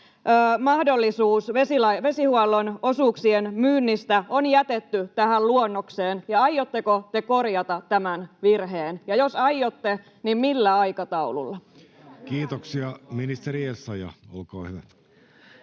mahdollisuus vesihuollon osuuksien myynnistä on jätetty tähän luonnokseen? Aiotteko te korjata tämän virheen, ja jos aiotte, niin millä aikataululla? [Speech 90] Speaker: Jussi Halla-aho